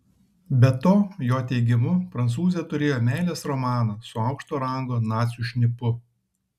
be to jo teigimu prancūzė turėjo meilės romaną su aukšto rango nacių šnipu